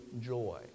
joy